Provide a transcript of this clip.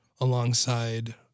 alongside